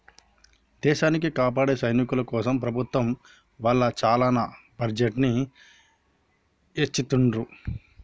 దేశాన్ని కాపాడే సైనికుల కోసం ప్రభుత్వం వాళ్ళు చానా బడ్జెట్ ని ఎచ్చిత్తండ్రు